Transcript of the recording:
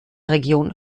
region